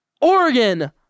Oregon